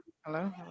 hello